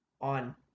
on